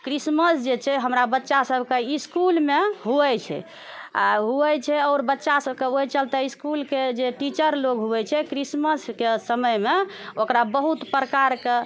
Christmas जे छै हमरा बच्चा सभके ईस्कूलमे होबय छै आ होबय छै आओर बच्चा सभके ओहिके चलते इस्कूलके जे टीचर लोग होबय छै क्रिसमसके समयमे ओकरा बहुत प्रकारके